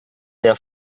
der